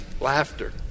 laughter